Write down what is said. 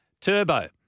Turbo